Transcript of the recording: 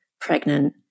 pregnant